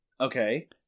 Okay